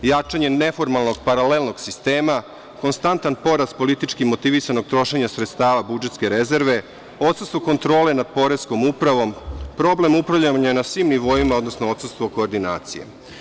Jačanje neformalnog paralelnog sistema, konstantan porast politički motivisanog trošenja sredstava budžetske rezerve, odsustvo kontrole nad Poreskom upravom, problem upravljanja na svim nivoima, odnosno odsustvo koordinacije.